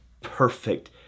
perfect